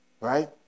Right